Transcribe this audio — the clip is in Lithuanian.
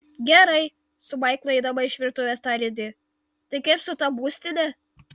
gerai su maiklu eidama iš virtuvės tarė di tai kaip su ta būstine